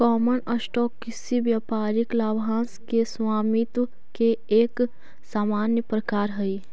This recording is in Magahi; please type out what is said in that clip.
कॉमन स्टॉक किसी व्यापारिक लाभांश के स्वामित्व के एक सामान्य प्रकार हइ